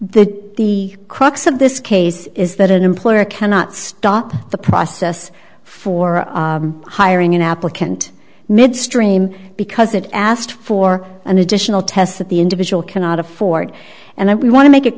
the the crux of this case is that an employer cannot stop the process for hiring an applicant midstream because it asked for an additional test that the individual cannot afford and i want to make it